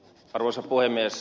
arvoisa puhemies